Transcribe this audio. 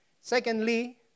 Secondly